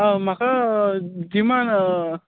हा म्हाका जिमान